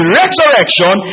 resurrection